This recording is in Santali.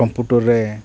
ᱠᱚᱢᱯᱩᱴᱟᱨ ᱨᱮ